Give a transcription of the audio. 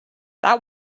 that